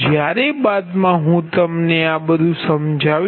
જ્યારે બાદમાં હું તમને આ બધુ સમજાવીશ